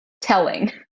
telling